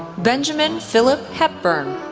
benjamin philip hepburn,